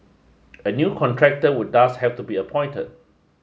a new contractor would thus have to be appointed